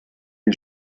les